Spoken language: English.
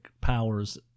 powers